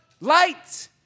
light